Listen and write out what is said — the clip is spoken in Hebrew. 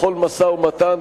בכל משא-ומתן,